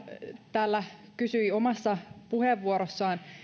täällä kysyi omassa puheenvuorossaan